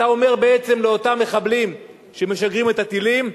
אתה אומר בעצם לאותם מחבלים שמשגרים את הטילים: